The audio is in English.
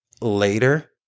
later